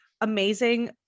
amazing